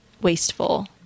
wasteful